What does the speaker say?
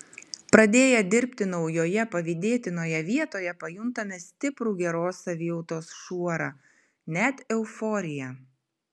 pradėję dirbti naujoje pavydėtinoje vietoje pajuntame stiprų geros savijautos šuorą net euforiją